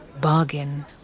bargain